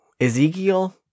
Ezekiel